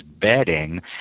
bedding